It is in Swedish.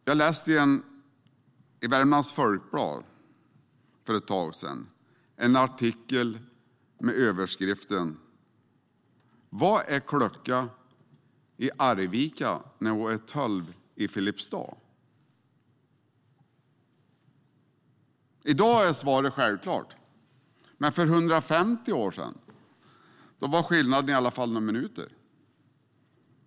Jag läste i Värmlands Folkblad för ett tag sedan en artikel med överskriften: Vad är klockan i Arvika när den är 12.00 i Filipstad? I dag är svaret självklart, men för 150 år sedan var skillnaden i alla fall några minuter.